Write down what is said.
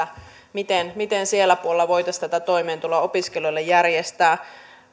miten miten siellä puolella voitaisiin tätä toimeentuloa opiskelijoille järjestää